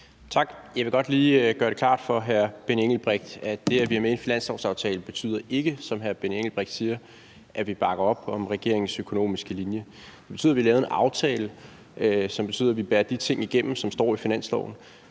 Tak. Jeg vil godt lige gøre det klart for hr. Benny Engelbrecht, at det, at vi er med i en finanslovsaftale, ikke betyder, som hr. Benny Engelbrecht siger, at vi bakker op om regeringens økonomiske linje. Det betyder, at vi lavede en aftale, som betyder, at vi bærer de ting igennem, som står i finanslovsforslaget.